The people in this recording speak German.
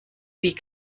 wie